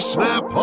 Snap